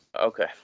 Okay